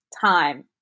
time